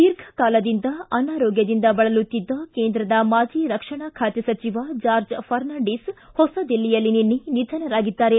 ದೀರ್ಘಕಾಲದಿಂದ ಅನಾರೋಗ್ಟದಿಂದ ಬಳಲುತ್ತಿದ್ದ ಕೇಂದ್ರದ ಮಾಜಿ ರಕ್ಷಣಾ ಖಾತೆ ಸಚಿವ ಜಾರ್ಜ್ ಫರ್ನಾಂಡಿಸ್ ಹೊಸದಿಲ್ಲಿಯಲ್ಲಿ ನಿನ್ನೆ ನಿಧನರಾಗಿದ್ದಾರೆ